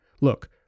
Look